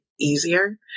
easier